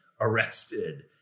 arrested